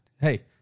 Hey